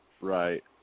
Right